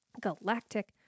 galactic